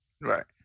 Right